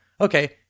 okay